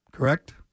Correct